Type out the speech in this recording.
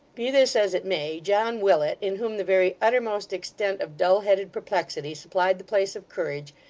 be this as it may, john willet, in whom the very uttermost extent of dull-headed perplexity supplied the place of courage,